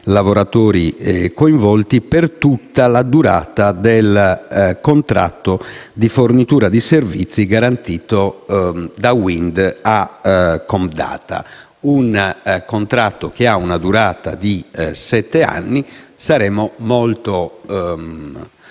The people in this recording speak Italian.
lavoratori coinvolti per tutta la durata del contratto di fornitura di servizi garantito da Wind a Comdata, che ha una durata di sette anni. E noi saremo molto